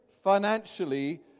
financially